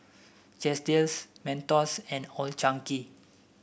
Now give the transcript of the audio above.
Chesdale Mentos and Old Chang Kee